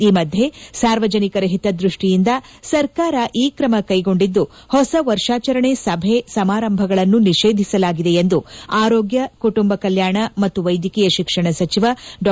ಈ ಮಧ್ಯೆ ಸಾರ್ವಜನಿಕರ ಹಿತದ್ವಷ್ಟಿಯಿಂದ ಸರ್ಕಾರ ಈ ಕ್ರಮ ಕ್ಷೆಗೊಂಡಿದ್ದು ಹೊಸ ವರ್ಷಾಚರಣೆಯ ಸಭೆ ಸಮಾರಂಭಗಳನ್ನು ನಿಷೇಧಿಸಲಾಗಿದೆ ಎಂದು ಆರೋಗ್ಯ ಕುಟುಂಬ ಕಲ್ಯಾಣ ಮತ್ತು ವೈದ್ಯಕೀಯ ಶಿಕ್ಷಣ ಸಚಿವ ಡಾ